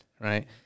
right